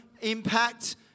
impact